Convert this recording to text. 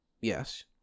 Yes